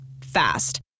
Fast